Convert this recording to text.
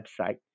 website